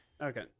Okay